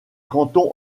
canton